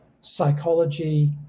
psychology